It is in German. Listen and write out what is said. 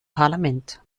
parlament